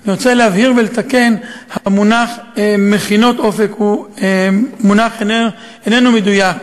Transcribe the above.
אני רוצה לתקן ולהבהיר שהמונח מכינות "אופק" הוא מונח שאיננו מדויק.